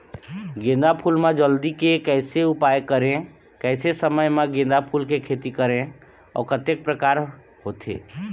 गेंदा फूल मा जल्दी के कैसे उपाय करें कैसे समय मा गेंदा फूल के खेती करें अउ कतेक प्रकार होथे?